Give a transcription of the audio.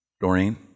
Doreen